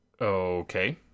Okay